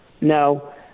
no